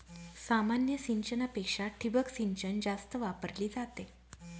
सामान्य सिंचनापेक्षा ठिबक सिंचन जास्त वापरली जाते